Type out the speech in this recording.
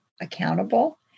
accountable